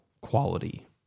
quality